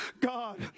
God